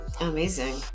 Amazing